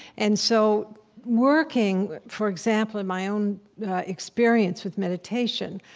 and so working, for example, in my own experience with meditation,